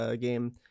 game